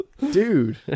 dude